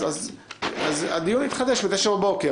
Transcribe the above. אז הדיון יתחדש ב-09:00.